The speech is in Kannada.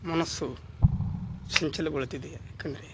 ಮನಸ್ಸು ಚಂಚಲಗೊಳ್ತಿದೆ ಯಾಕೆಂದ್ರೆ